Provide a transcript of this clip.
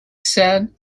said